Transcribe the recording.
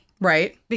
Right